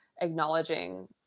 Acknowledging